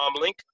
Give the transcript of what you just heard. link